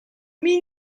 mean